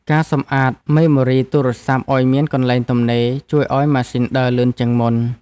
ការសម្អាតមេម៉ូរីទូរស័ព្ទឱ្យមានកន្លែងទំនេរ ជួយឱ្យម៉ាស៊ីនដើរលឿនជាងមុន។